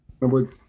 Number